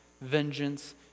vengeance